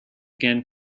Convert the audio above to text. again